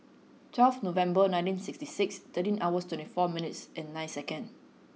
twelfth November nineteen sixty nine thirteen hours twenty four minutes and nine second